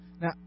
Now